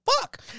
fuck